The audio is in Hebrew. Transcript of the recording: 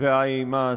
והאימה הזה?